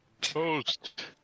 Toast